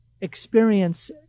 experience